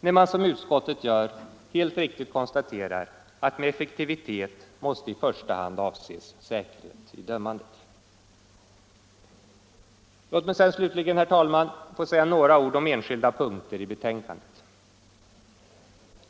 när man som utskottet gör helt riktigt konstaterar att med effektivitet måste i första hand avses säkerhet i dömandet. Låt mig slutligen, herr talman, få säga några ord om enskilda punkter i betänkandet.